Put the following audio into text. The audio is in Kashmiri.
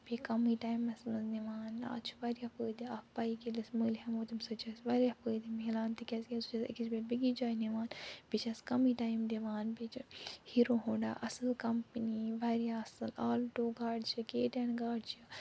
بیٚیہِ کمٕے ٹایمس منٛز نِوان اَتھ چھُ وارِیاہ فٲیدٕ اکھ بایِک ییٚلہِ أسۍ مٔلۍ ہٮ۪مو تمہِ سۭتۍ چھِ أسۍ وارِیاہ فٲیدٕ مِلان تِکیٛازِ کہِ سُہ اَسہِ أکِس پٮ۪ٹھ بیٚکِس جاے نِوان بیٚیہِ چھَس کمٕے ٹایِم دِوان بیٚیہِ چھِ ہیٖروہوںٛڈا اصۭل کمپٔنی وارِیاہ اصٕل آلٹو گاڑِ چھ کے ٹٮ۪ن گاڑِ چھِ